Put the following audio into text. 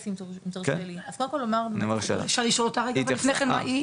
אפשר לשאול אותה רגע לפני כן,